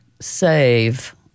save